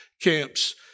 camps